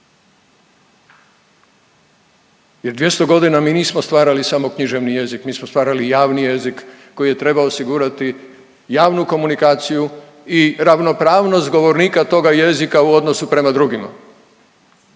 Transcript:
Jer 200 godina mi nismo stvarali samo književni jezik, mi smo stvarali i javni jezik koji je trebao osigurati javnu komunikaciju i ravnopravnost govornika toga jezika u odnosu prema drugima.